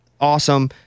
awesome